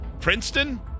Princeton